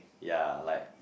yea like